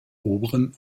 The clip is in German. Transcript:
oberen